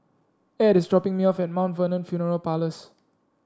add is dropping me off at Mt Vernon Funeral Parlours